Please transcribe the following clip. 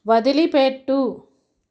వదిలిపెట్టు